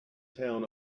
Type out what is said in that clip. town